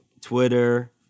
Twitter